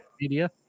media